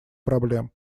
проблем